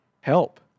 help